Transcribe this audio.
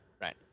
Right